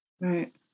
Right